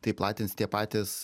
tai platins tie patys